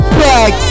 back